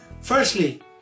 Firstly